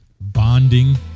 bonding